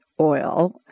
oil